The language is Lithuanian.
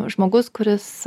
žmogus kuris